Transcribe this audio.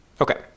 Okay